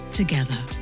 together